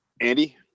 Andy